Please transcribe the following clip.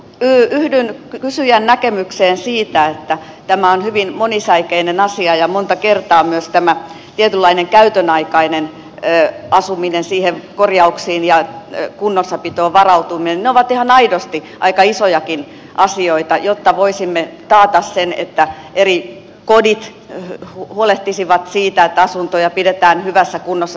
minä yhdyn kysyjän näkemykseen siitä että tämä on hyvin monisäikeinen asia ja monta kertaa myös tämä tietynlainen käytönaikainen asuminen korjauksiin ja kunnossapitoon varautuminen nämä ovat ihan aidosti aika isojakin asioita jotta voisimme taata sen että kodit huolehtisivat siitä että asuntoja pidetään hyvässä kunnossa säännönmukaisesti